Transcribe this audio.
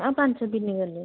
ଆଉ ପାଞ୍ଚଦିନ ଗଲେ